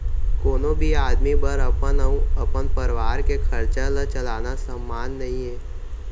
कोनो भी आदमी बर अपन अउ अपन परवार के खरचा ल चलाना सम्मान नइये